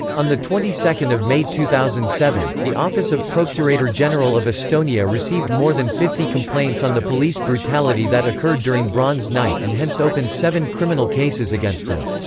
on the twenty second of may two thousand and seven, the office of procurator general of estonia received more than fifty complaints on the police brutality that occurred during bronze night and hence opened seven criminal cases against them.